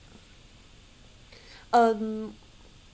um